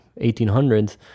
1800s